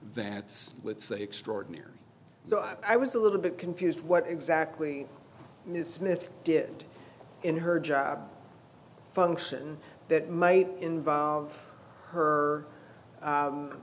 that's let's say extraordinary so i was a little bit confused what exactly ms smith did in her job function that might involve her